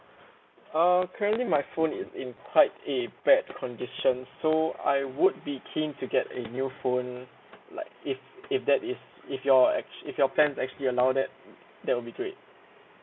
uh currently my phone is in quite a bad condition so I would be keen to get new phone like if if that is if your if your plans actually allow that that would be great